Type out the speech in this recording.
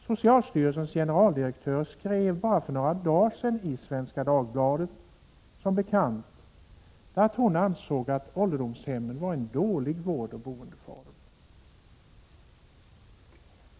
Socialstyrelsens generaldirektör skrev, som bekant, bara för några dagar sedan i Svenska Dagbladet att hon ansåg att ålderdomshemmen var en dålig vårdoch boendeform.